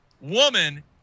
woman